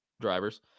drivers